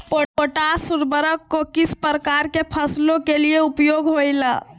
Potash उर्वरक को किस प्रकार के फसलों के लिए उपयोग होईला?